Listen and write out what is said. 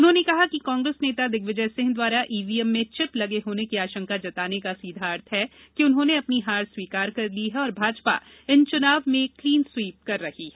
उन्होंने कहा कि कांग्रेस नेता दिग्विजय सिंह द्वारा ईवीएम में चिप लगे होने की आंशका जताने का सीधा अर्थ है कि उन्होंने अपनी हार स्वीकार कर ली है और भाजपा इन चुनाव में क्लीन स्वीप कर रही है